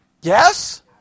Yes